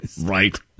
Right